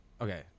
Okay